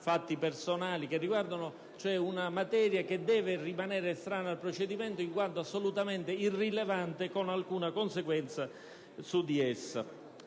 fatti personali e, quindi, una materia che deve rimanere estranea al procedimento in quanto assolutamente irrilevante, con alcuna conseguenza su di esso.